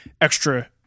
extra